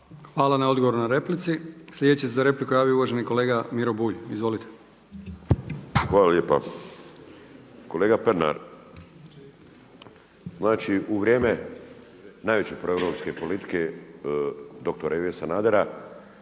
Hvala na odgovoru na repliku. Slijedeći se za repliku javio uvaženi kolega Miro Bulj. Izvolite. **Bulj, Miro (MOST)** Hvala lijepa. Kolega Pernar, znači u vrijeme najveće proeuropske politike doktora Ive Sanadera